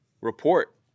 report